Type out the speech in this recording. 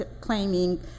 claiming